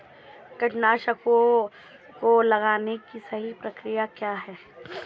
कीटनाशकों को लगाने की सही प्रक्रिया क्या है?